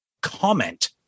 comment